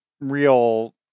real